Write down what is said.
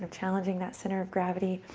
and challenging that center of gravity